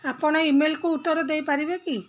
ଆପଣ ଇମେଲ୍କୁ ଉତ୍ତର ଦେଇପାରିବେ କି